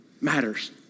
matters